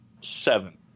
Seven